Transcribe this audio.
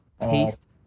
taste